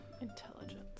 Intelligence